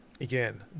again